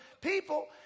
people